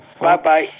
Bye-bye